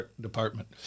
Department